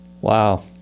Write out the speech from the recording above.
Wow